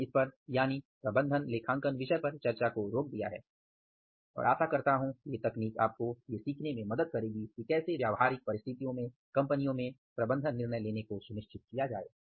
मैंने इस पर यानि प्रबंधन लेखांकन विषय पर चर्चा रोक दिया है और आशा करता हूँ कि ये तकनीक आपको ये सीखने में मदद करेंगे कि कैसे व्यावहारिक परिस्थितियों में कंपनियों में प्रबंधन निर्णय लेने को सुनिश्चित किया जाये